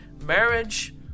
marriage